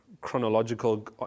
chronological